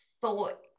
thought